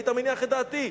היית מניח את דעתי.